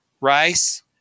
rice